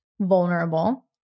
vulnerable